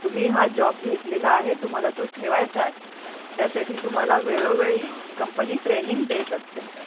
तुम्ही हा जॉब घेतलेला आहे तुम्हाला तो ठेवायचा आहे त्यासाठी तुम्हाला वेळोवेळी कंपनी ट्रेनिंग देत असते